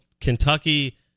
Kentucky